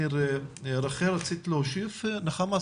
נחמה רצית להוסיף?